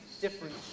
different